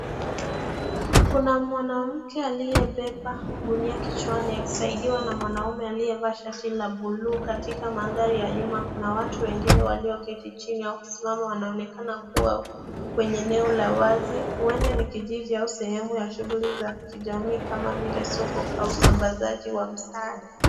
Kuna mwanamke aliyebeba gunia kichwani akisaidiwa na mwanaume aliyevaa shati la buluu. Katika mandhari ya nyuma kuna watu wengine walioketi chini au kusimama wanaonekana kuwa kwenye eneo la wazi huenda ni kijiji au sehemu ya shughuli za kijamii kama vile soko au usambazi wa msaada.